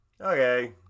Okay